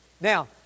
Now